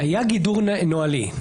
היה גידור נוהלי,